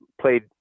played